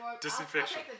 disinfection